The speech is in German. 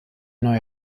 neue